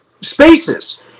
spaces